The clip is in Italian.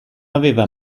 aveva